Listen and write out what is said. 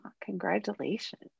congratulations